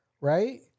right